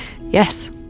Yes